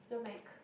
you want mac